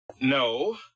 No